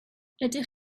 ydych